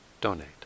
donate